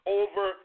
over